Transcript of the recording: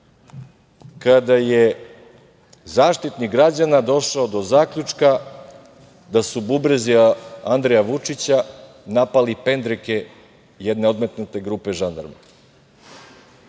kada je Zaštitnik građana došao do zaključka da su bubrezi Andreja Vučića napali pendreke jedne odmetnute grupe žandarma. Kako